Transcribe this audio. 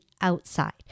outside